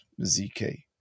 ZK